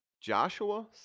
Joshua